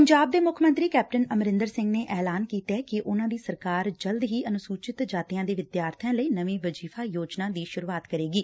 ਪੰਜਾਬ ਦੇ ਮੁੱਖ ਮੰਤਰੀ ਕੈਪਟਨ ਅਮਰਿੰਦਰ ਸਿੰਘ ਨੇ ਐਲਾਨ ਕੀਤਾ ਕਿ ਉਨਾਂ ਦੀ ਸਰਕਾਰ ਜਲਦ ਹੀ ਅਨੁਸੁਚਿਤ ਜਾਤੀਆਂ ਦੇ ਵਿਦਿਆਰਥੀਆਂ ਲਈ ਨਵੀ ਵਜ਼ੀਫਾ ਯੋਜਨਾ ਦੀ ਸ਼ੁਰੁਆਂਤ ਕਰੇਗੀ